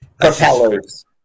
Propellers